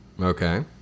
Okay